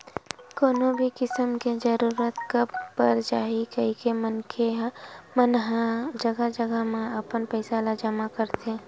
कोनो भी किसम के जरूरत कब पर जाही कहिके मनखे मन ह जघा जघा म अपन पइसा ल जमा करथे